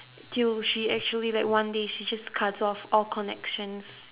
till she actually like one day she just cuts off all connections